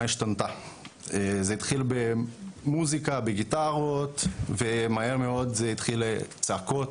השתנתה זה התחיל במוזיקה בגיטרות ומהר מאוד זה התחיל צעקות,